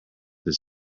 this